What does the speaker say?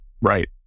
Right